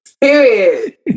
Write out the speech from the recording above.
Period